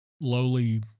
lowly